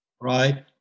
right